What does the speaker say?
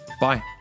Bye